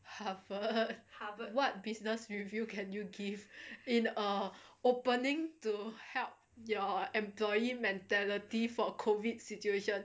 Harvard what business review can you give in a opening to help your employee mentality for a COVID situation